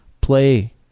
play